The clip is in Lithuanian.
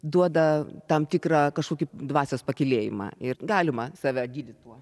duoda tam tikrą kažkokį dvasios pakylėjimą ir galima save gydyt tuo